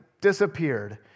disappeared